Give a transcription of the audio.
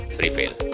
prevail